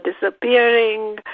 disappearing